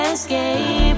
Escape